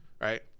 right